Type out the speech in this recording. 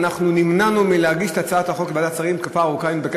ואנחנו נמנענו מלהגיש את הצעת החוק לוועדת שרים תקופה ארוכה,